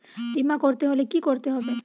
বিমা করতে হলে কি করতে হবে?